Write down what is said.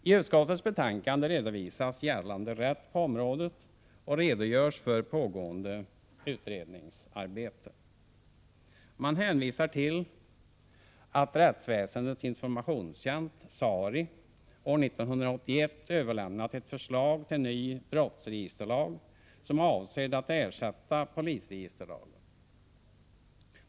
I utskottets betänkande redovisas gällande rätt på området och redogörs för pågående utredningsarbete. Man hänvisar till att rättsväsendets informationssystem år 1981 avlämnat ett förslag till ny brottsregisterlag som är avsedd att ersätta polisregisterlagen.